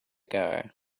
guy